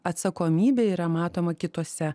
atsakomybė yra matoma kituose